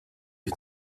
can